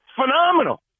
phenomenal